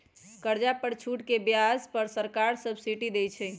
कर्जा पर छूट के ब्याज पर सरकार सब्सिडी देँइ छइ